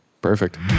perfect